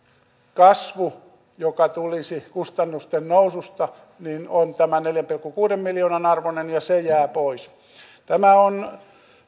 kasvu joka tulisi kustannusten noususta on tämän neljän pilkku kuuden miljoonan arvoinen ja se jää pois tämä on